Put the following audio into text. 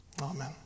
Amen